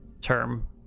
term